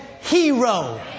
hero